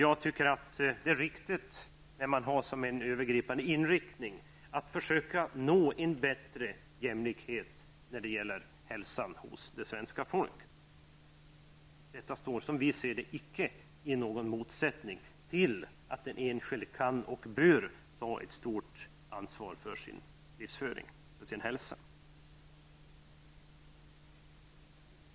Jag tycker att det är riktigt att som en övergripande inriktning ha att försöka nå en bättre jämlikhet när det gäller hälsan hos det svenska folket. Detta står, som vi ser det, inte i någon motsats till uppfattningen att den enskilde kan och bör ta ett större ansvar för sin livsföring och sin hälsa.